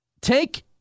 Take